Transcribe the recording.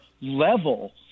level